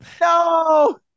No